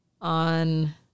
on